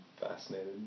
fascinated